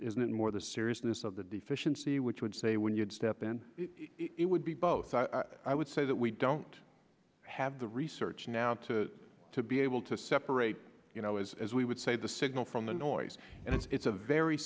isn't it more the seriousness of the deficiency which would say when you'd step in it would be both i would say that we don't have the research now to be able to separate you know as as we would say the signal from the noise and it's a very it's a very